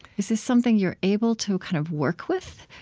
is this something you're able to kind of work with?